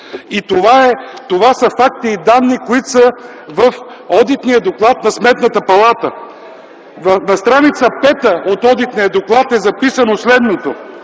Това са факти и данни, които са в одитния доклад на Сметната палата. На стр. 5 от одитния доклад е записано следното: